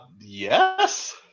yes